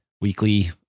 weekly